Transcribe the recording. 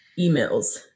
Emails